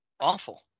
awful